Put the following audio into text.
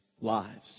lives